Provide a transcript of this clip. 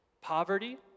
Poverty